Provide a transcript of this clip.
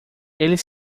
eles